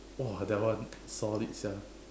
!wah! that one solid sia